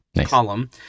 column